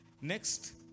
next